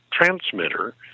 transmitter